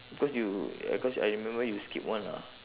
cause you yeah cause I remember you skip one ah